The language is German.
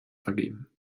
vergeben